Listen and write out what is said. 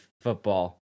football